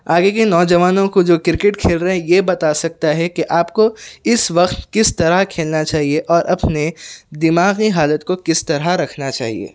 آگے کے نوجوانوں کو جو کرکٹ کھیل رہے ہیں یہ بتا سکتا ہے کہ آپ کو اس وقت کس طرح کھیلنا چاہیے اور اپنے دماغی حالت کو کس طرح رکھنا چاہیے